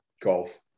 Golf